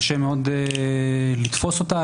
קשה מאוד לתפוס אותה,